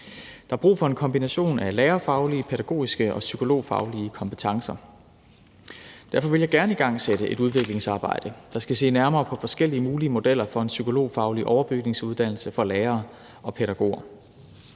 Der er brug for en kombination af lærerfaglige, pædagogiske og psykologfaglige kompetencer. Derfor vil jeg gerne igangsætte et udviklingsarbejde, der skal se nærmere på forskellige mulige modeller for en psykologfaglig overbygningsuddannelse for lærere og pædagoger.